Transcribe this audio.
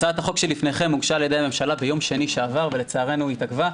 הצעת החוק שלפניכם הוגשה על ידי הממשלה ביום שני שעבר ולצערנו התעכבה.